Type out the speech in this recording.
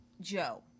Joe